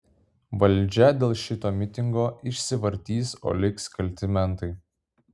valdžia dėl šito mitingo išsivartys o liks kalti mentai